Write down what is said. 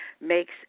makes